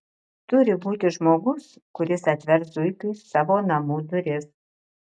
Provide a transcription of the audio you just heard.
turi būti žmogus kuris atvers zuikiui savo namų duris